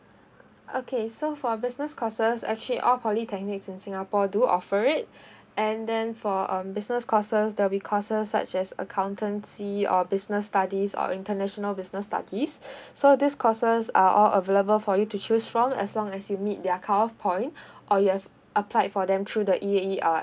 okay so for business courses actually all polytechnics in singapore do offer it and then for um business courses there'll be courses such as accountancy or business studies or international business studies so these courses are all available for you to choose from as long as you meet their cut off point or you have applied for them through the E_A_E uh